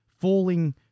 falling